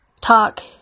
talk